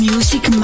Music